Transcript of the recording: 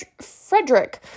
Frederick